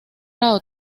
lado